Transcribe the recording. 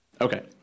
Okay